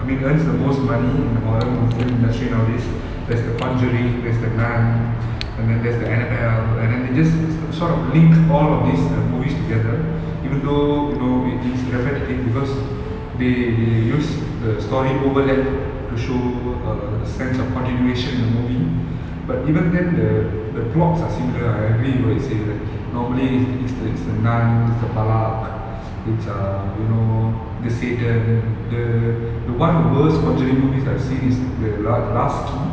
I mean earns the most money in the horror movi~ film industry nowadays there's the conjuring there's the nun and then there's the annabelle and then they just sort of link all of these movies together even though you know it's repetitive because they they use the story overlap to show a sense of continuation in the movie but even then the the plots are similar I agree with what you say like normally it's it's the it's the nun it's the it's err you know the satan the the one worse conjuring movies I've seen is the la~ the last key